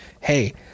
Hey